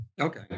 Okay